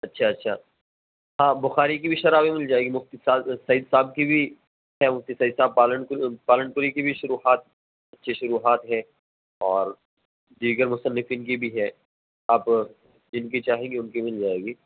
اچھا اچھا ہاں بخاری کی بھی شرح بھی مل جائے گی مفتی صاحب سعید صاحب کی بھی ہے مفتی سعید صاحب پالنپوری کی بھی شروحات اچھی شروحات ہیں اور دیگر مصنفین کی بھی ہے آپ جن کی چاہیں گے ان کی مل جائے گی